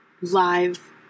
live